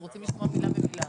אנחנו רוצים לשמוע מילה במילה.